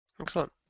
Excellent